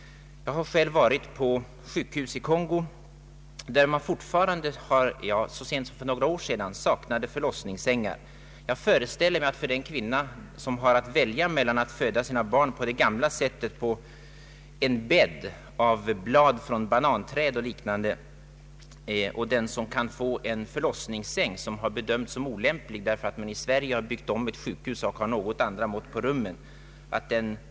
Jag har själv besökt sjukhus i Kongo där man så sent som för några år sedan saknade förlossningssängar. Jag föreställer mig att den kvinna som har att välja mellan att föda sitt barn på det gamla sättet, det vill säga på en bädd av blad från palmträd eller liknande, eller att få ligga i en förlossningssäng, som kanske bedömts som olämplig i Sverige därför att man här byggt om ett sjukhus, har något andra mått på rummen etc., gärna accepterar förlossningssängen.